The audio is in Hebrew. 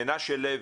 מנשה לוי,